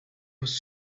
was